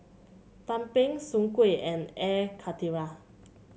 tumpeng Soon Kuih and Air Karthira